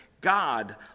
God